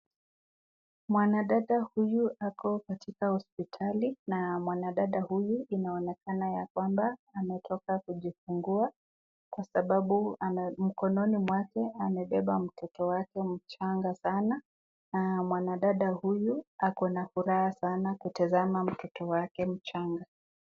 Mwanadada huyu ako katika hospitali na mwanadada huyu inaonekana ya kwamba ametoka kujifungua kwasababu ana mkononi mwake amebeba mtoto wake changa sana na mwanadada uyu ako na furaha sana kutazama mtoto wake mchanga.